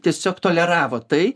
tiesiog toleravo tai